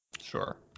Sure